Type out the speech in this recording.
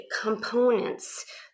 components